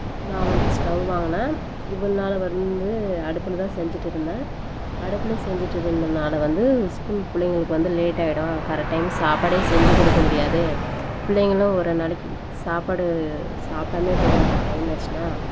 நான் வந்து ஸ்டவ் வாங்கினேன் இவ்வளவு நாளாக வந்து அடுப்பில் தான் செஞ்சுட்டு இருந்தேன் அடுப்பில் செஞ்சுட்டு இருந்தேன் நான் வந்து ஸ்கூல் பிள்ளைங்களுக்கு வந்து லேட்டாகிடும் கரெக்ட் டைம் சாப்பாடும் செஞ்சு கொடுக்க முடியாது பிள்ளைங்களும் ஒரு நாளைக்கு சாப்பாடு சாப்பிடாமே போயிவிடுவாங்க டைம்மாகிருச்சுனா